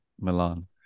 Milan